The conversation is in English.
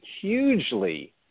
hugely